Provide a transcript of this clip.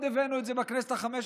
הבאנו את זה כבר בכנסת החמש-עשרה,